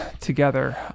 together